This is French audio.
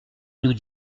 nous